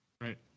Right